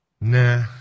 nah